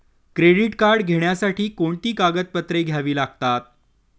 Credit card घेण्यासाठी कोणती कागदपत्रे घ्यावी लागतात?